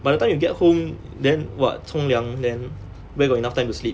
by the time you get home then what 冲凉 then where got enough time to sleep